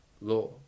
law